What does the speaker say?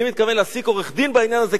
אני מתכוון להעסיק עורך-דין בעניין הזה,